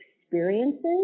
experiences